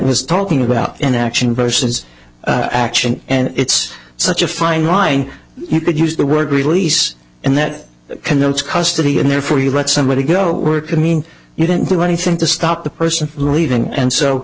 is talking about an action versus action and it's such a fine line you could use the word release and that connotes custody and therefore you let somebody go work i mean you didn't do anything to stop the person leaving and so